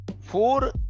four